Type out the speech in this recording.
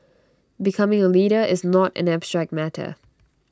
becoming A leader is not an abstract matter